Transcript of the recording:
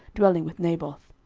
dwelling with naboth.